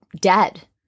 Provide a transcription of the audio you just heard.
dead